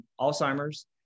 Alzheimer's